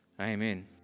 amen